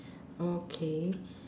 okay